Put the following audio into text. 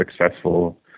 successful